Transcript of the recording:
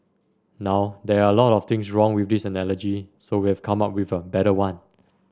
now there are a lot of things wrong with this analogy so we've come up with a better one